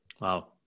Wow